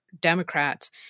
Democrats